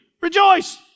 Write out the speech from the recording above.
Rejoice